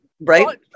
right